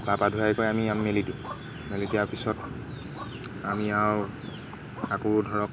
গা পা ধোৱাই কৰি আমি আমি মেলি দিওঁ মেলি দিয়াৰ পিছত আমি আৰু আকৌ ধৰক